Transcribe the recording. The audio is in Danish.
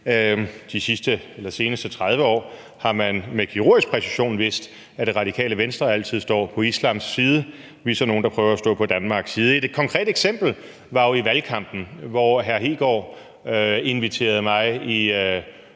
De seneste 30 år har man med kirurgisk præcision vidst, at Det Radikale Venstre altid står på islams side – vi er så nogle, der prøver at stå på Danmarks side. Et konkret eksempel var jo i valgkampen, hvor hr. Kristian Hegaard inviterede mig